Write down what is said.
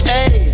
Hey